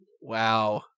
Wow